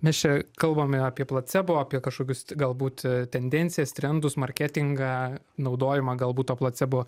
mes čia kalbame apie placebo apie kažkokius galbūt tendencijas trendus marketingą naudojimą galbūt to placebo